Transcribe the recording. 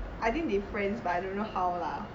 I think they friends but I don't know how lah